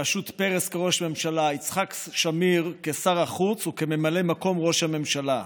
בראשות פרס כראש ממשלה ויצחק שמיר כשר החוץ וכממלא מקום ראש הממשלה.